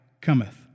cometh